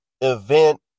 event